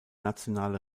nationale